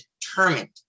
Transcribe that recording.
determined